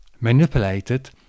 manipulated